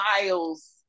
miles